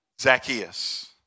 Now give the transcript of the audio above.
Zacchaeus